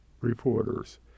reporters